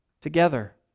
together